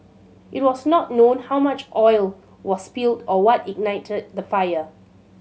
it was not known how much oil was spilled or what ignited the fire